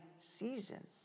season